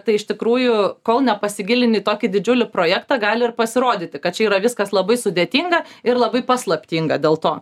tai iš tikrųjų kol nepasigilini į tokį didžiulį projektą gali ir pasirodyti kad čia yra viskas labai sudėtinga ir labai paslaptinga dėl to